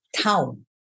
Town